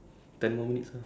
thirty minutes